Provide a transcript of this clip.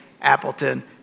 Appleton